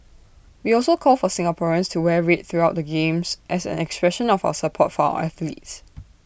we also call for Singaporeans to wear red throughout the games as an expression of support for our athletes